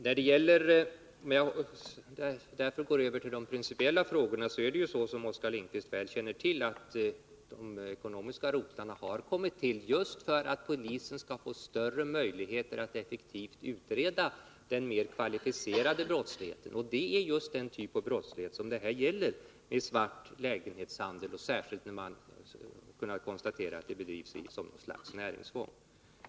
När det gäller de principiella frågorna förhåller det sig så som Oskar Lindkvist väl känner till att de ekonomiska rotlarna har kommit till just för att polisen skall få större möjligheter att effektivt utreda den mer kvalificerade brottsligheten. Det är just den typ av brottslighet det här gäller, dvs. svart lägenhetshandel, särskilt när man kunnat konstatera att den bedrivs som något slags näringsfång.